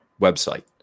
website